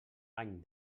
any